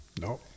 no